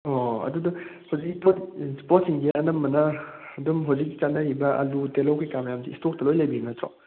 ꯑꯣ ꯑꯗꯨꯗ ꯍꯧꯖꯤꯛ ꯄꯣꯠ ꯄꯣꯠꯁꯤꯡꯁꯦ ꯑꯅꯝꯕꯅ ꯑꯗꯨꯝ ꯍꯧꯖꯤꯛ ꯆꯠꯅꯔꯤꯕ ꯑꯂꯨ ꯇꯤꯜꯍꯧ ꯀꯩꯀꯥ ꯃꯌꯥꯝꯁꯤ ꯏꯁꯇꯣꯛꯇ ꯂꯣꯏ ꯂꯩꯕꯤꯕ ꯅꯠꯇ꯭ꯔꯣ